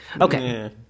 Okay